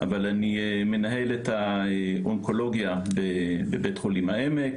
אבל אני מנהל את האונקולוגיה בבית חולים העמק,